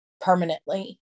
permanently